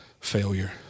failure